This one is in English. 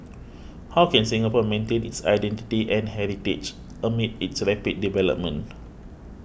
how can Singapore maintain its identity and heritage amid its rapid development